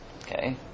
Okay